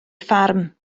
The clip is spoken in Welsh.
ffarm